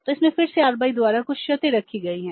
तो इसमें फिर से RBI द्वारा कुछ शर्तें रखी गई हैं